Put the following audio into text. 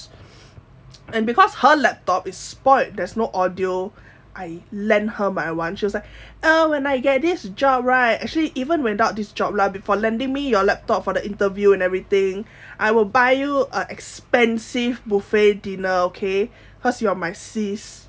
and because her laptop is spoilt there's no audio I lend her my one she was like uh when I get his job right actually even without this job lah for lending me your laptop for the interview and everything I will buy you a expensive buffet dinner okay cause you are my sis